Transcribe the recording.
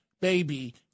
baby